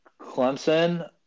Clemson